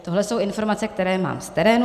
Tohle jsou informace, které mám z terénu.